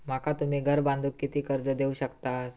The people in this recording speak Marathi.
माका तुम्ही घर बांधूक किती कर्ज देवू शकतास?